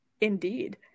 Indeed